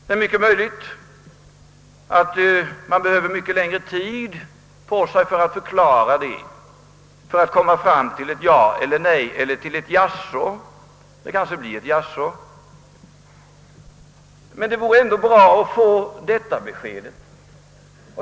Det är mycket möjligt att man behöver längre tid på sig för att komma fram till ett ja eller ett nej, eller till ett jaså det kanske blir ett jaså — men det vore ändå bra att få ett besked.